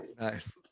nice